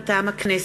מטעם הכנסת: